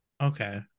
Okay